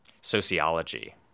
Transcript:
sociology